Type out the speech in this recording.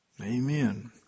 Amen